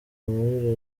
muri